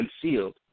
concealed